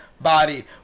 body